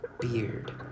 beard